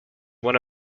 one